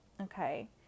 okay